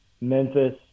Memphis